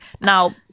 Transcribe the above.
now